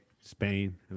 Spain